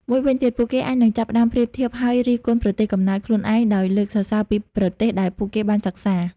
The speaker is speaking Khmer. មួយវិញទៀត ពួកគេអាចនឹងចាប់ផ្តើមប្រៀបធៀប ហើយរិះគន់ប្រទេសកំណើតខ្លួនឯង ដោយលើកសរសើរពីប្រទេសដែលពួកគេបានសិក្សា។